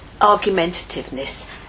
argumentativeness